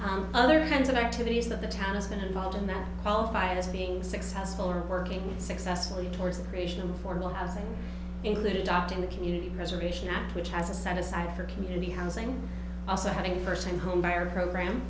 all other kinds of activities that the town has been involved in that qualify as being successful or working successfully towards the creation of formal housing included opt in the community preservation act which has a set aside for community housing also having first time home buyer program